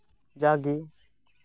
ᱡᱟᱜᱮ